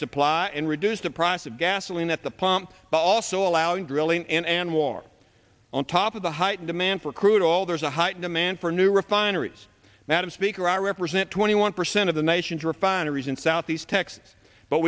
supply and reduce the price of gasoline at the pump but also allowing drilling and war on top of the height demand for crude oil there's a heightened a man for new refineries madam speaker i represent twenty one percent of the nation's refineries in southeast texas but